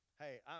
Hey